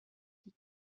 die